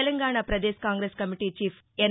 Telangana Pradesh Congress committee chief N